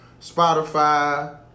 Spotify